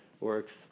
works